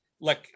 Look